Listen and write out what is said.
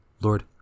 Lord